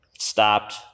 stopped